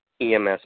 EMS